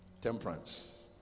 temperance